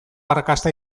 arrakasta